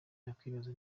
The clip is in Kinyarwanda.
yakwibaza